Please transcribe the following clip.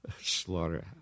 slaughterhouse